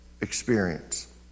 experience